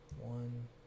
one